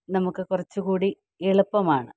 നമുക്ക് കുറച്ചുകൂടി എളുപ്പമാണ്